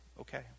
okay